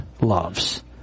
loves